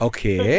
Okay